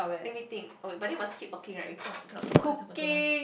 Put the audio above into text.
let me think oh but then we must keep talking right we cannot cannot keep quiet for too long